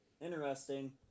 Interesting